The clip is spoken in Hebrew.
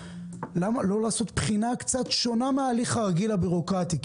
למה לא לעשות בחינה קצת שונה מההליך הרגיל הבירוקרטי?